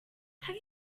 have